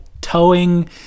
towing